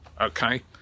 okay